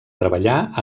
treballar